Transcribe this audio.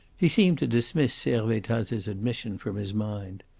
he seemed to dismiss servettaz's admission from his mind.